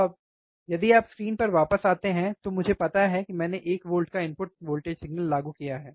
अब यदि आप स्क्रीन पर वापस आते हैं तो मुझे पता है कि मैंने 1 वोल्ट का इनपुट वोल्टेज सिग्नल लागू किया है